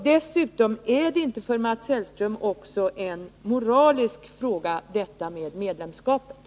Dessutom: Är inte detta med medlemskapet i IDB också en moralisk fråga för Mats Hellström?